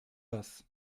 was